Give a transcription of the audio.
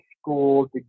school